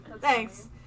Thanks